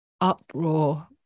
uproar